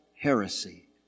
heresy